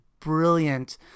brilliant